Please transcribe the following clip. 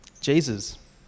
Jesus